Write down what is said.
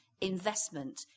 investment